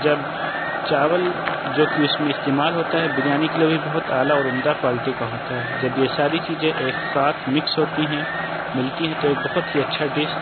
جب چاول جو کہ اس میں استعمال ہوتا ہے بریانی کے لیے وہ بھی بہت اعلیٰ اور عمدہ کوالٹی کا ہوتا ہے جب یہ ساری چیزیں ایک ساتھ مکس ہوتی ہیں ملتی ہیں تو ایک بہت ہی اچھا ڈش